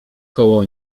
koło